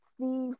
Steve